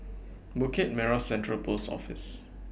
Bukit Merah Central Post Office